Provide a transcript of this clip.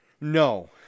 No